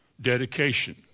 dedication